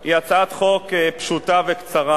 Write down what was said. הוא הצעת חוק פשוטה וקצרה,